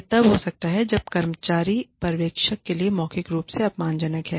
यह तब हो सकता है जब एक कर्मचारी पर्यवेक्षक के लिए मौखिक रूप से अपमानजनक है